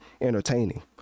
entertaining